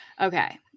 Okay